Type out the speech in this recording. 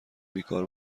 بیکار